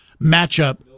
matchup